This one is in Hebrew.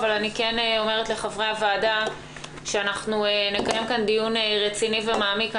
אני כן אומרת לחברי הוועדה שאנחנו נקיים כאן דיון רציני ומעמיק.